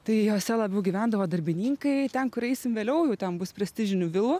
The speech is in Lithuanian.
tai juose labiau gyvendavo darbininkai ten kur eisim vėliau jau ten bus prestižinių vilų